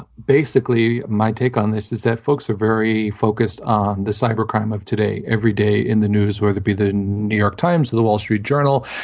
basically my take on this is that folks are very focused on the cyber crime of today. every day in the news, whether it be the new york times or the wall street journal,